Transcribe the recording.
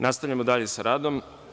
Nastavljamo dalje sa radom.